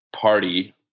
party